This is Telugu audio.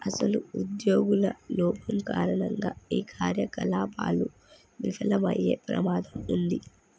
అసలు ఉద్యోగుల లోపం కారణంగా ఈ కార్యకలాపాలు విఫలమయ్యే ప్రమాదం ఉంది